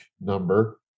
number